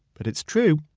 but it's true.